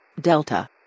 Delta